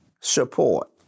support